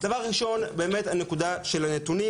הדבר הראשון - הנקודה של הנתונים,